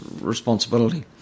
responsibility